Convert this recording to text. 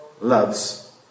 loves